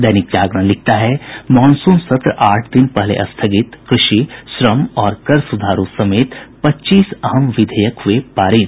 दैनिक जागरण लिखता है मॉनसून सत्र आठ दिन पहले स्थगित कृषि श्रम और कर सुधारों समेत पच्चीस अहम विधेयक हुये पारित